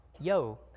yo